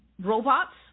robots